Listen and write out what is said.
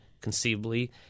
conceivably